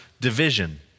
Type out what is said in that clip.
division